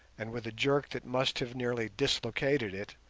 and with a jerk that must have nearly dislocated it,